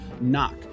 knock